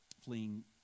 fleeing